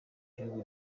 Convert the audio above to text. gihugu